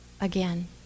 again